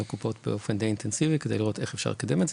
הקופות באופן די אינטנסיבי כדי לראות איך אפשר לקדם את זה.